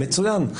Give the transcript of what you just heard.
מצוין.